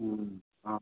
অঁ